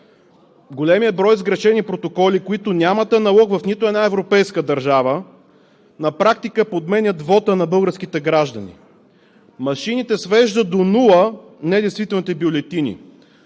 големият брой сгрешени протоколи, които нямат аналог в нито една европейска държава, на практика подменят вота на българските граждани. Машините свеждат до нула недействителните бюлетини,